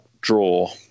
draw